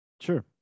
Sure